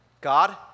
God